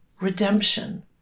redemption